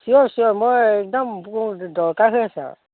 ছিয়'ৰ ছিয়'ৰ মই একদম মোৰ দৰকাৰ হৈ আছে আৰু